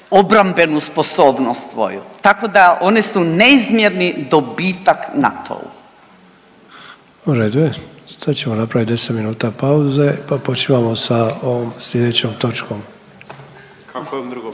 obrambenu sposobnost svoju, tako da, oni su neizmjerni dobitak NATO-u.